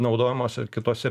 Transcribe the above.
naudojamose kitose